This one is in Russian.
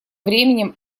временем